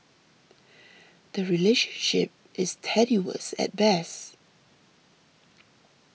the relationship is tenuous at best